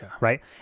right